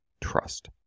trust